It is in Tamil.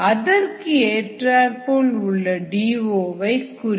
அதற்கு ஏற்றார்போல் உள்ள டி ஓ வை குறிக்கும்